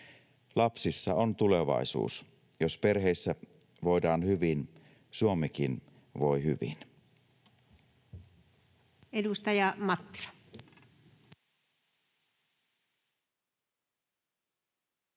Lapsissa on tulevaisuus. Jos perheissä voidaan hyvin, Suomikin voi hyvin.